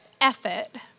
effort